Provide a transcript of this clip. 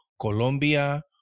Colombia